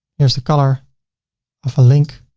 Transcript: here's the color of a link,